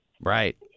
Right